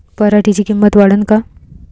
पराटीची किंमत वाढन का?